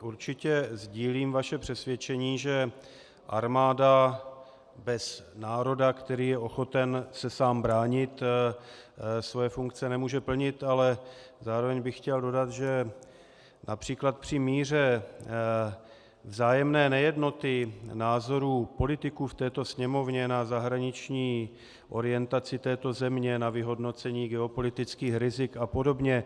Určitě sdílím vaše přesvědčení, že armáda bez národa, který je ochoten se sám bránit, svoje funkce nemůže plnit, ale zároveň bych chtěl dodat, že například při míře vzájemné nejednoty názorů politiků v této Sněmovně na zahraniční orientaci této země, na vyhodnocení geopolitických rizik apod.